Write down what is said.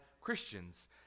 Christians